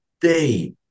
day